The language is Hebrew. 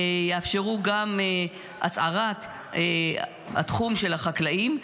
יאפשרו גם את הצערת התחום של החקלאים.